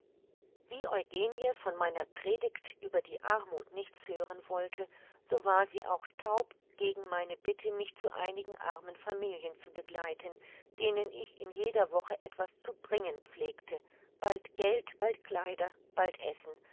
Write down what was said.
wie eugenie von meiner predigt über die armuth nichts hören wollte so war sie auch taub gegen meine bitte mich zu einigen armen familien zu begleiten denen ich in jeder woche etwas zu bringen pflegte bald geld bald kleider bald essen